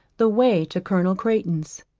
the way to colonel crayton's.